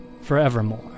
forevermore